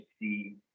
see